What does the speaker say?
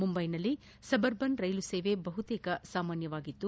ಮುಂಬೈನಲ್ಲಿ suburban rail ಸೇವೆ ಬಹುತೇಕ ಸಾಮಾನ್ಲವಾಗಿತ್ತು